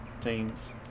teams